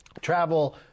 Travel